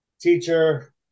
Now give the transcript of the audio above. teacher